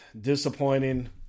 Disappointing